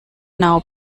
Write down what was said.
now